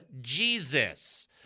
Jesus